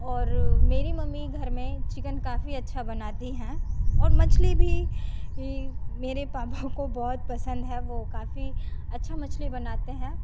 और मेरी मम्मी घर में चिकेन काफी अच्छा बनाती हैं और मछली भी मेरे पापा को बहुत पसंद है वो काफी अच्छा मछली बनाते हैं